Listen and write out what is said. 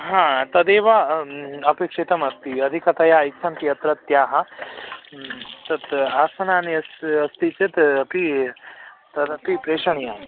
हा तदेव अपेक्षितम् अस्ति अधिकतया इच्छन्ति अत्रत्याः तत् आसनानि अस् अस्ति चेत् अपि तदपि प्रेषणीयं